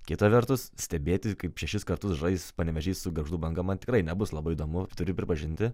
kita vertus stebėti kaip šešis kartus žais panevėžys su gargždų banga man tikrai nebus labai įdomu turiu pripažinti